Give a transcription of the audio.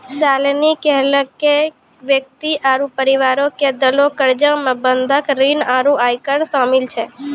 शालिनी कहलकै कि व्यक्ति आरु परिवारो के देलो कर्जा मे बंधक ऋण आरु आयकर शामिल छै